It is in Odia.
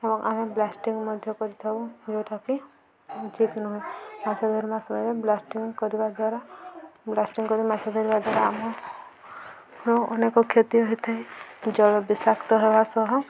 ଏବଂ ଆମେ ବ୍ଲାଷ୍ଟିଂ ମଧ୍ୟ କରିଥାଉ ଯେଉଁଟାକି ଉଚିତ୍ ନୁହେଁ ମାଛ ଧରମା ସମୟରେ ବ୍ଲାଷ୍ଟିଂ କରିବା ଦ୍ୱାରା ବ୍ଲାଷ୍ଟିଂ କରି ମାଛ ଧରିବା ଦ୍ୱାରା ଆମର ଅନେକ କ୍ଷତି ହୋଇଥାଏ ଜଳ ବିଷାକ୍ତ ହେବା ସହ